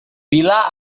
bila